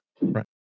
Right